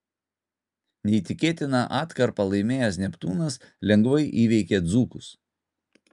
neįtikėtiną atkarpą laimėjęs neptūnas lengvai įveikė dzūkus